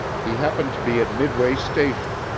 he happened to be at midway station,